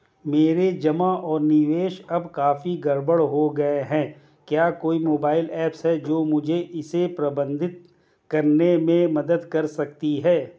मेरे जमा और निवेश अब काफी गड़बड़ हो गए हैं क्या कोई मोबाइल ऐप है जो मुझे इसे प्रबंधित करने में मदद कर सकती है?